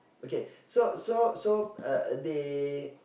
okay so so so uh they